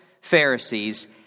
Pharisees